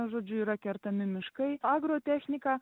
žodžiu yra kertami miškai agrotechnika